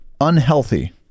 unhealthy